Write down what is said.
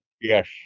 Yes